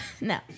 No